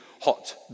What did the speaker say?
hot